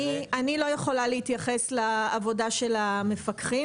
אני לא יכולה להתייחס לעבודה של המפקחים.